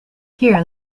here